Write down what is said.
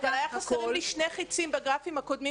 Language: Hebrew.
אבל היו חסרים לי שני חיצים בגרפים הקודמים